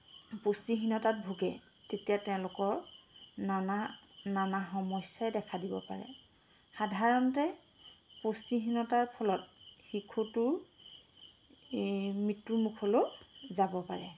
পুষ্টিহীনতাত ভুগে তেতিয়া তেওঁলোকৰ নানা নানা সমস্যাই দেখা দিব পাৰে সাধাৰণতে পুষ্টিহীনতাৰ ফলত শিশুটোৰ এই মৃত্যুৰ মুখলৈয়ো যাব পাৰে